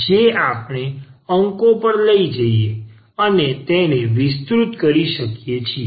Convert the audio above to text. જે આપણે અંકો પર લઈ જઈએ અને તેને વિસ્તૃત કરી શકીએ